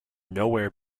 nowhere